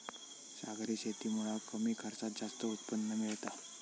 सागरी शेतीमुळा कमी खर्चात जास्त उत्पन्न मिळता